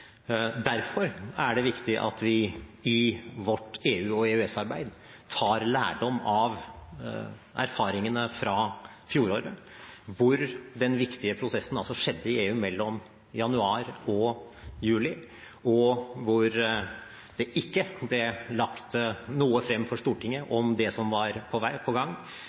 Derfor er det viktig at vi i vårt EU- og EØS-arbeid tar lærdom av erfaringene fra fjoråret. Den viktige prosessen skjedde i EU mellom januar og juli, men det ble ikke lagt noe frem for Stortinget om det som var på